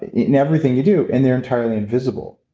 in everything you do and they're entirely invisible.